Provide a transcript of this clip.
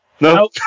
No